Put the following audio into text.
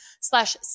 slash